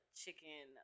chicken